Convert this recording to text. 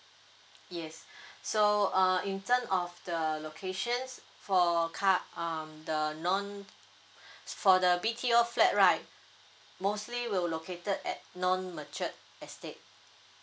yes so uh in term of the locations for car um the non it's for the B_T_O flat right mostly will located at non matured estate